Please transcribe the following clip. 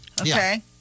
Okay